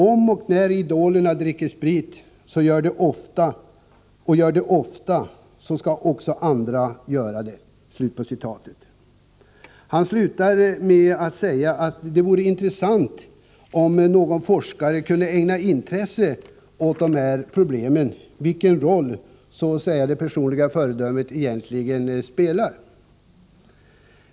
Om och när idolerna dricker sprit, vilket de gör ofta, skall också andra göra det.” Han slutar med att säga att det vore intressant om någon forskare kunde ägna intresse åt dessa problem och ta reda på vilken roll så att säga det personliga föredömet egentligen spelar.